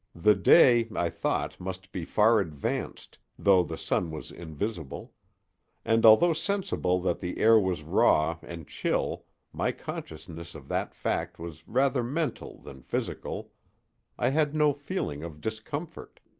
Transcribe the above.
the day, i thought, must be far advanced, though the sun was invisible and although sensible that the air was raw and chill my consciousness of that fact was rather mental than physical i had no feeling of discomfort.